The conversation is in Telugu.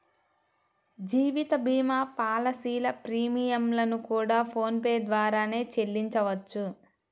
జీవిత భీమా పాలసీల ప్రీమియం లను కూడా ఫోన్ పే ద్వారానే చెల్లించవచ్చు